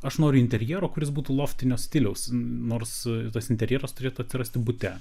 aš noriu interjero kuris būtų loftinio stiliaus nors tas interjeras turėtų atsirasti bute